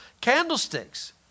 candlesticks